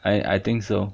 I I think so